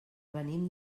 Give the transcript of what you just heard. venim